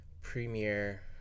premiere